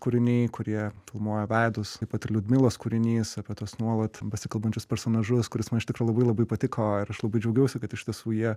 kūriniai kurie filmuoja veidus taip pat ir liudmilos kūrinys apie tuos nuolat besikalbančius personažus kuris man iš tikro labai labai patiko ir aš labai džiaugiausi kad iš tiesų jie